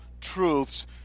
truths